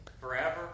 forever